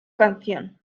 canción